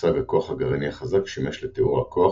מושג הכוח הגרעיני החזק שימש לתיאור הכוח